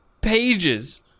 pages